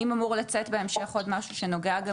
האם אמור לצאת בהמשך עוד משהו שנוגע גם